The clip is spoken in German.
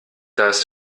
dass